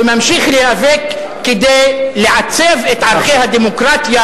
וממשיך להיאבק כדי לעצב את ערכי הדמוקרטיה,